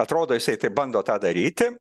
atrodo jisai taip bando tą daryti